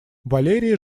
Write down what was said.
валерия